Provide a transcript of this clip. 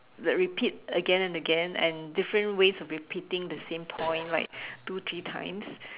the repeat again and again and different ways of repeating the same point like two three times